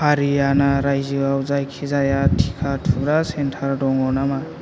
हारियाना रायजोआव जायखिजाया टिका थुग्रा सेन्टार दङ नामा